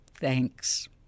thanks